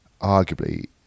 arguably